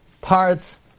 parts